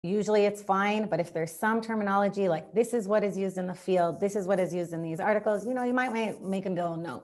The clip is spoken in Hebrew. בדרך כלל זה בסדר, אבל אם יש איזושהי טרמינולוגיה, כאילו, זה מה שמשתמשים בשטח, זה מה שמשתמשים במאמרים האלה, אתה יודע אתה יכול לבצע תרומה.